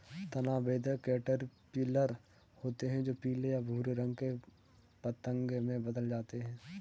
तना बेधक कैटरपिलर होते हैं जो पीले या भूरे रंग के पतंगे में बदल जाते हैं